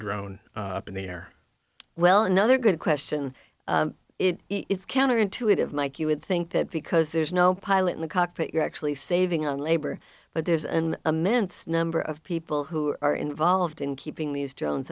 drone up in the air well another good question it is counterintuitive mike you would think that because there's no pilot in the cockpit you're actually saving on labor but there's an immense number of people who are involved in keeping these drones